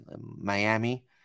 Miami